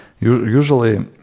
Usually